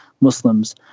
Muslims